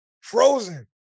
frozen